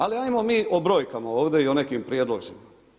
Ali ajmo mi o brojkama ovdje i o nekim prijedlozima.